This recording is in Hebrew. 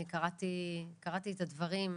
אני קראתי את הדברים,